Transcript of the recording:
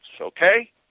okay